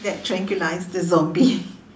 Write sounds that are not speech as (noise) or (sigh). that tranquilize the zombie (laughs)